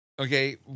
okay